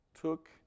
took